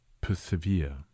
persevere